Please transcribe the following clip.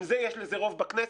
אם יש לזה רוב בכנסת,